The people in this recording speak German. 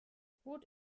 boot